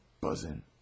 buzzing